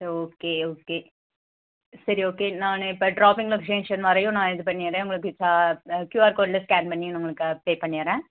சரி okay okay சரி okay நான் இப்போ ட்ராப்பிங் லொகேஷன் வரையும் நான் இது பண்ணிடுறேன் உங்களுக்கு கியூஆர் கோடில் ஸ்கேன் பண்ணி உங்களுக்கு பே பண்ணிடுறேன்